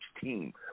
team